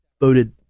voted